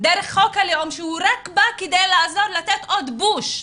דרך חוק הלאום שהוא רק בא כדי לעזור, לתת עוד פוש.